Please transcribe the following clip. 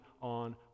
on